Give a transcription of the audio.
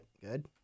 Good